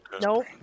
Nope